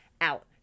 out